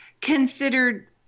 considered